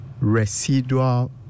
residual